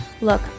Look